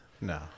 no